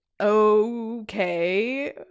Okay